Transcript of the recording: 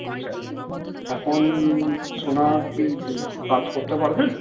আচ্ছা এখন সোনার কি কাজ করতে পারবেন